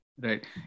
Right